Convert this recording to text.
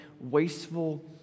wasteful